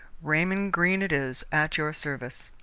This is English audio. raymond greene it is, at your service.